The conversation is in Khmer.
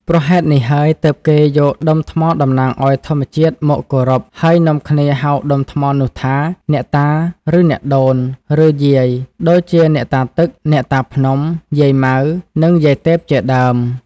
ព្រោះហេតុនេះហើយ ទើបគេយក ដុំថ្មតំណាងឱ្យធម្មជាតិមកគោរព ហើយនាំគ្នាហៅដុំថ្មនោះថា អ្នកតា ឬ អ្នកជូន ឬ យាយ ដូចជាអ្នកតាទឹក អ្នកតាភ្នំ យាយម៉ៅ និងយាយទេពជាដើម។